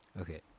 Okay